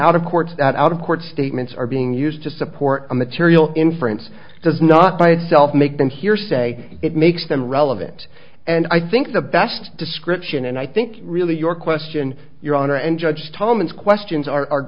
out of court out of court statements are being used to support a material inference does not by itself make them hearsay it makes them relevant and i think the best description and i think really your question your honor and judge thomas questions are